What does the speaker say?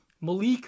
Malik